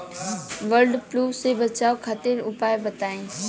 वड फ्लू से बचाव खातिर उपाय बताई?